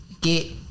get